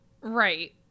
Right